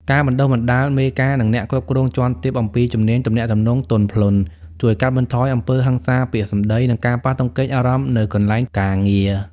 ការបណ្តុះបណ្តាលមេការ និងអ្នកគ្រប់គ្រងជាន់ទាបអំពីជំនាញទំនាក់ទំនងទន់ភ្លន់ ជួយកាត់បន្ថយអំពើហិង្សាពាក្យសម្ដី និងការប៉ះទង្គិចអារម្មណ៍នៅកន្លែងការងារ។